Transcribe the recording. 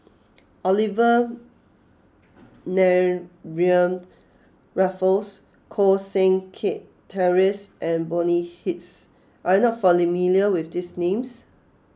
Olivia Mariamne Raffles Koh Seng Kiat Terence and Bonny Hicks are you not familiar with these names